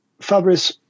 Fabrice